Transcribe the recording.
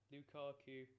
Lukaku